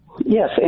Yes